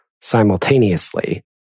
simultaneously